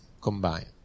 combine